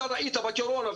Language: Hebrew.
אתה ראית בקורונה,